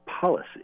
policy